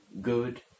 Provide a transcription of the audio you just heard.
good